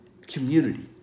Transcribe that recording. community